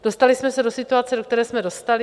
Dostali jsme se do situace, do které jsme se dostali.